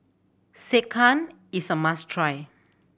sekihan is a must try